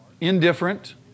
indifferent